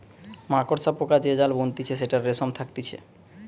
মাকড়সা পোকা যে জাল বুনতিছে সেটাতে রেশম থাকতিছে